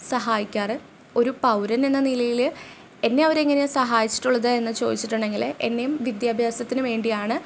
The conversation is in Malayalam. സഹായിക്കാറ് ഒരു പൗരനെന്ന നിലയിൽ എന്നെ അവർ എങ്ങനെ സഹായിച്ചിട്ടുള്ളത് എന്ന് ചോദിച്ചിട്ടുണ്ടെങ്കിൽ എന്നെയും വിദ്യാഭ്യാസത്തിന് വേണ്ടിയാണ്